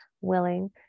willing